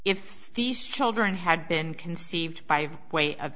if these children had been conceived by way of